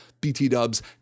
BT-dubs